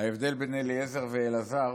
ההבדל בין אליעזר לאלעזר,